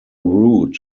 root